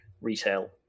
retail